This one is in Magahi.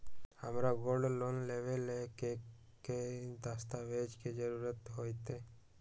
हमरा गोल्ड लोन लेबे के लेल कि कि दस्ताबेज के जरूरत होयेत?